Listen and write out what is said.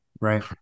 Right